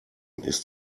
ist